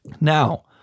Now